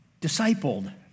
discipled